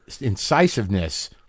incisiveness